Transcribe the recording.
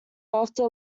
after